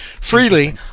freely